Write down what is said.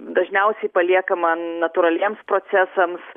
dažniausiai paliekama natūraliems procesams